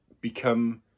become